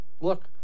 Look